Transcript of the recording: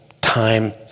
time